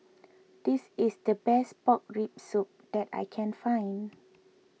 this is the best Pork Rib Soup that I can find